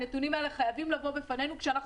הנתונים האלה חייבים לבוא בפנינו כשאנחנו